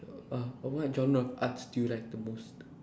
uh what genre of arts do you like the most